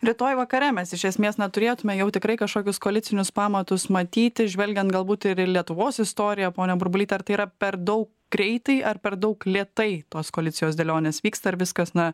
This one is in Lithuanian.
rytoj vakare mes iš esmės na turėtume jau tikrai kažkokius koalicinius pamatus matyti žvelgiant galbūt ir į lietuvos istoriją ponia burbulyte ar tai yra per daug greitai ar per daug lėtai tos koalicijos dėlionės vyksta ar viskas na